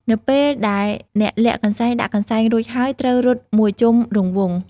នៅពេលដែលអ្នកលាក់កន្សែងដាក់កន្សែងរួចហើយ ត្រូវរត់មួយជុំរង្វង់ ។